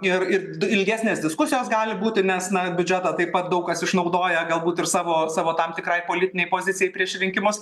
ir ir ilgesnės diskusijos gali būti nes na biudžetą taip pat daug kas išnaudoja galbūt ir savo savo tam tikrai politinei pozicijai prieš rinkimus